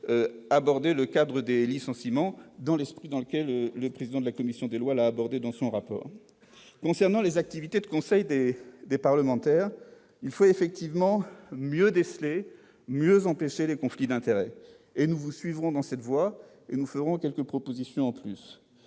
aborder la question des licenciements, dans l'esprit dans lequel le président de la commission des lois l'a fait dans son rapport. Concernant les activités de conseil des parlementaires, il faut effectivement mieux déceler et empêcher les conflits d'intérêts. Nous vous suivrons dans cette voie, madame la garde des sceaux,